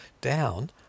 down